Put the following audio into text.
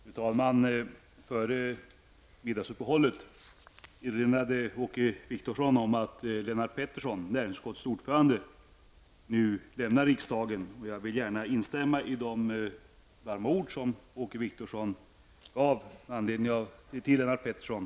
Fru talman! Före middagsuppehållet erinrade Åke Wictorsson om att Lennart Pettersson, näringsutskottets ordförande, nu lämnar riksdagen. Jag vill gärna instämma i de varma ord som Åke Wictorsson gav till Lennart Pettersson.